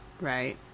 right